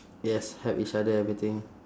yes help each other everything